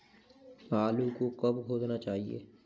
आलू को कब खोदना चाहिए?